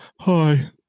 Hi